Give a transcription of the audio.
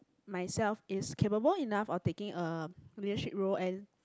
myself is capable enough or taking a leadership role and